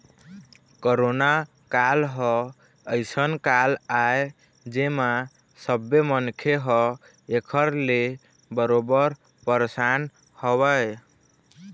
corona काल ह अइसन काल आय जेमा सब्बे मनखे ह ऐखर ले बरोबर परसान हवय